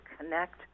connect